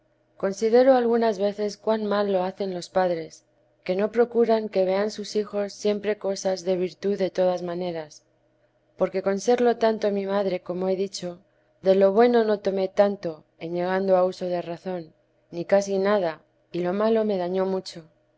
considero algunas veces cuan mal lo hacen los padres que no procuran que vean sus hijos siempre cosas de virtud de todas maneras porque con serlo tanto mi madre como he dicho délo bueno no tomé tanto en llegando a uso de razón ni casi nada y lo malo me dañó mucho